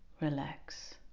relax